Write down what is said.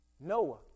Noah